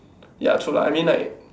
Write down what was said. ya true lah I mean like